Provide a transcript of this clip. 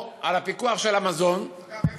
או פיקוח של המזון, אגב,